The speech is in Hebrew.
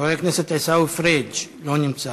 חבר הכנסת עיסאווי פריג' לא נמצא.